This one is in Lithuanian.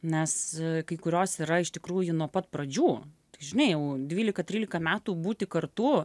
nes kai kurios yra iš tikrųjų nuo pat pradžių žinai jau dvylika trylika metų būti kartu